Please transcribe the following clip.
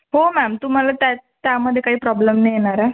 हो मॅम तुम्हाला त्या त्यामध्ये काही प्रॉब्लेम नाही येणार आहे